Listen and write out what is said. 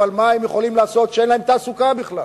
אבל מה הם יכולים לעשות שאין להם תעסוקה בכלל.